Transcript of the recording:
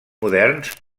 moderns